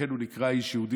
ולכן הוא נקרא "איש יהודי".